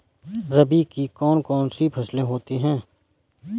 रबी की कौन कौन सी फसलें होती हैं?